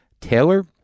Taylor